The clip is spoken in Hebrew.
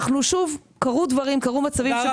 אנחנו שוב, קרו דברים, קרו מצבים.